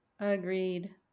Agreed